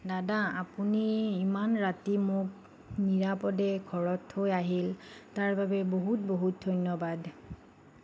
দাদা আপুনি ইমান ৰাতি মোক নিৰাপদে ঘৰত থৈ আহিল তাৰবাবে বহুত বহুত ধন্য়বাদ